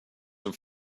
have